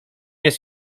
jest